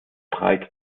breit